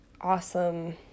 awesome